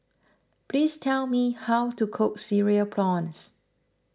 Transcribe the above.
please tell me how to cook Cereal Prawns